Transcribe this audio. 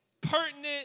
pertinent